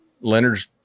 Leonard's